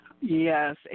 Yes